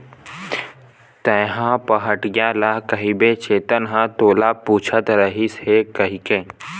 तेंहा पहाटिया ल कहिबे चेतन ह तोला पूछत रहिस हे कहिके